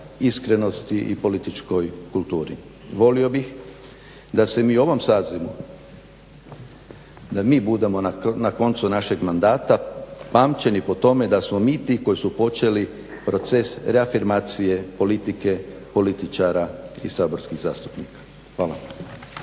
iskrenosti i političkoj kulturi. Volio bih da se mi u ovom sazivu, da mi budemo na koncu našeg mandata pamćeni po tome da smo mi ti koji su počeli proces reafirmacije politike, političara i saborskih zastupnika. Hvala.